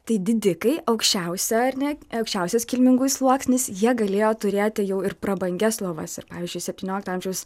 tai didikai aukščiausia ar ne aukščiausias kilmingųjų sluoksnis jie galėjo turėti jau ir prabangias lovas ir pavyzdžiui septyniolikto amžiaus